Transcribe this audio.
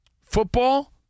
football